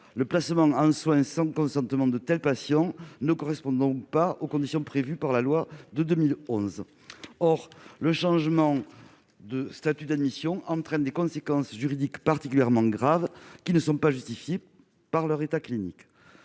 Le placement en soins sans consentement de tels patients ne correspond pas aux conditions prévues par la loi de 2011. Or le changement de statut d'admission entraîne des conséquences juridiques particulièrement graves, qui ne sont pas justifiées par l'état clinique